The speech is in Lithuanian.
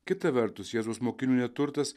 kita vertus jėzaus mokinių neturtas